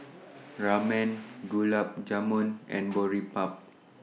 Ramen Gulab Jamun and Boribap